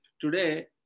Today